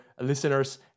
listeners